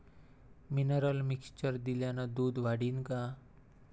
Mineral mixture दिल्यानं दूध वाढीनं का?